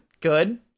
good